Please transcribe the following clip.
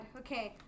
okay